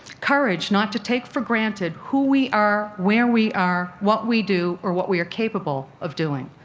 courage not to take for granted who we are, where we are, what we do, or what we are capable of doing.